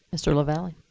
mr. lavalley